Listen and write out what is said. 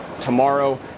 tomorrow